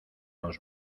los